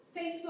Facebook